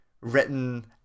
written